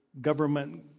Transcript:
government